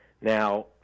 Now